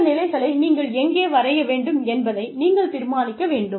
இந்த நிலைகளை நீங்கள் எங்கே வரைய வேண்டும் என்பதை நீங்கள் தீர்மானிக்க வேண்டும்